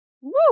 Woo